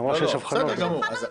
בסדר גמור.